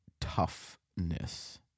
toughness